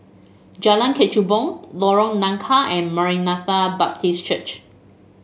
Jalan Kechubong Lorong Nangka and Maranatha Baptist Church